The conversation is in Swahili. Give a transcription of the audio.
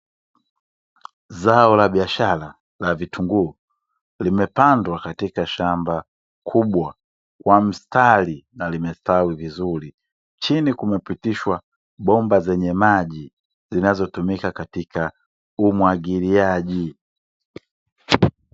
Zao la biashara la vitunguu limepandwa katika shamba kubwa kwa mstari na limestawi vizuri. Chini kumepitishwa bomba zenye maji zinazotumika katika umwagiliaji.